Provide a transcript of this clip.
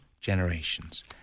generations